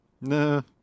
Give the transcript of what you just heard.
No